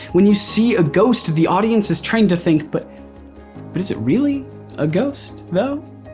when you see a ghost, the audience is tying to think but but is it really a ghost, no?